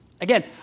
Again